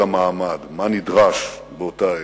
המעמד, מה נדרש באותה עת,